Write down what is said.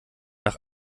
nach